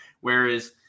Whereas